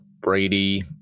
Brady